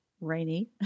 rainy